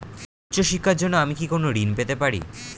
উচ্চশিক্ষার জন্য আমি কি কোনো ঋণ পেতে পারি?